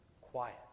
quiet